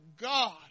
God